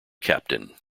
captain